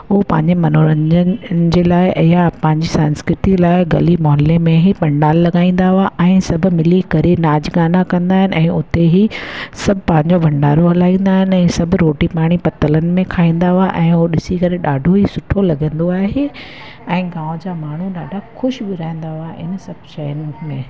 हू तव्हांजे मनोरंजन हिनजे लाइ या पंहिंजी सांस्कृति लाइ गली मोहल्ले में ही पंडाल लॻाईंदा हुआ ऐं सभु मिली करे नाच गाना कंदा आहिनि ऐं उते ई सभु पंहिंजो भंडारो हलाईंदा आहिनि ऐं सभु रोटी पाणी पतेलनि में खाईंदा हुआ ऐं उहो ॾिसी करे ॾाढो ई सुठो लॻंदो आहे ऐं गांव जा माण्हू ॾाढा खुशमिज़ाज रहंदा हुआ हिन सभु शयुनि में